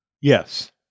Yes